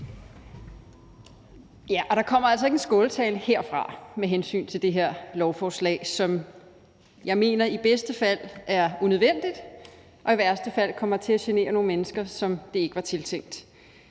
Der kommer altså ikke en skåltale herfra med hensyn til det her lovforslag, som jeg mener i bedste fald er unødvendigt og i værste fald kommer til at genere nogle mennesker, som det ikke var tiltænkt.